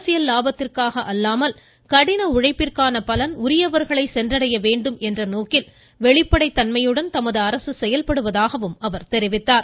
அரசியல் லாபத்திற்காக அல்லாமல் கடின உழைப்பிற்கான பலன் உரியவர்களை சென்றடைய வேண்டும் என்ற நோக்கில் வெளிப்படைத் தன்மையுடன் தமது அரசு செயல்படுவதாக தெரிவித்தார்